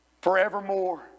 forevermore